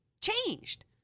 changed